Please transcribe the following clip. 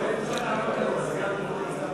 רבותי, להלן תוצאות ההצבעה לסעיף 54,